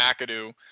McAdoo